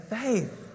Faith